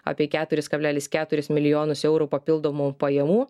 apie keturis kablelis keturis milijonus eurų papildomų pajamų